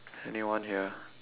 anyone here